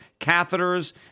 catheters